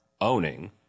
owning